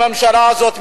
הממשלה הזאת,